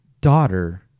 daughter